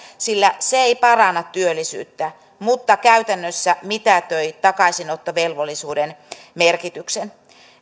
sillä se ei paranna työllisyyttä mutta käytännössä mitätöi takaisinottovelvollisuuden merkityksen